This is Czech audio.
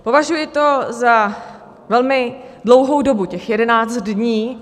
Považuji to za velmi dlouhou dobu, těch 11 dní.